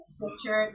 sister